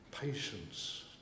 patience